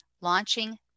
launching